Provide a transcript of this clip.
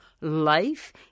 life